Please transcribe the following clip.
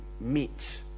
meet